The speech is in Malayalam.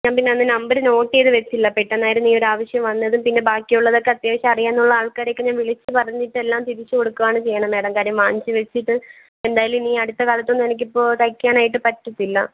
ഞാൻ പിന്നെ അന്ന് നമ്പര് നോട്ട് ചെയ്തു വച്ചില്ല പെട്ടെന്നായിരുന്നു ഈയൊരാവശ്യം വന്നതും പിന്നെ ബാക്കിയുള്ളതൊക്കെ അത്യാവശ്യം അറിയാം എന്നുള്ള ആൾക്കാരെയൊക്കെ ഞാൻ വിളിച്ചു പറഞ്ഞിട്ട് എല്ലാം തിരിച്ചു കൊടുക്കുകയാണ് ചെയ്യുന്നത് മാഡം കാരണം വാങ്ങിച്ചു വച്ചിട്ട് എന്തായാലും ഇനി ഈ അടുത്തകാലത്തൊന്നും എനിക്കിപ്പോൾ തയ്ക്കാനായിട്ട് പറ്റത്തില്ല